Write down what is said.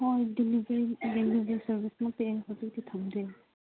ꯍꯣꯏ delivery delivery ꯁꯥꯔꯕꯤꯁꯃꯛꯇꯤ ꯑꯩ ꯍꯧꯖꯤꯛꯇꯤ ꯊꯝꯗꯦ